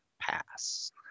pass